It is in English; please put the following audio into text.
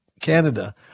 Canada